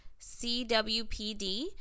CWPD